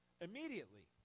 Immediately